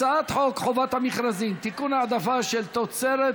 הצעת חוק חובת המכרזים (תיקון, העדפה של תוצרת